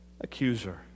accuser